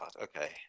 okay